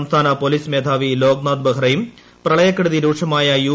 സംസ്ഥാന പോലീസ് മേധാവി ലോക്നാഥ് ബെഹ്റയും പ്രളയക്കെടുതി രൂക്ഷമായ യു